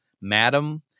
madam